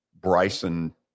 Bryson –